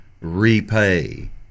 repay